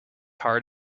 hard